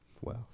Wow